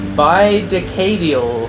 bidecadial